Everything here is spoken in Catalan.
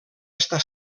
està